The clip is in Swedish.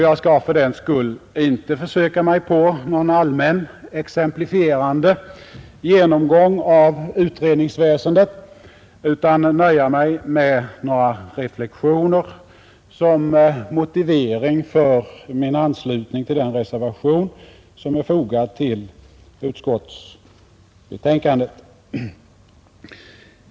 Jag skall fördenskull inte försöka mig på någon allmän, exemplifierande genomgång av utredningsväsendet utan nöja mig med några reflexioner som motivering för min anslutning till den reservation som är fogad till utskottsbetänkandet.